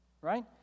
Right